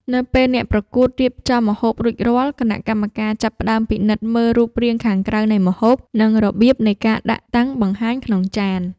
នៅពេលអ្នកប្រកួតរៀបចំម្ហូបរួចរាល់ គណៈកម្មការចាប់ផ្ដើមពិនិត្យមើលរូបរាងខាងក្រៅនៃម្ហូប និងរបៀបនៃការដាក់តាំងបង្ហាញក្នុងចាន។